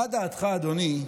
מה דעתך, אדוני,